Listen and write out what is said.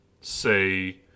say